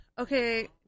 Okay